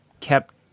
kept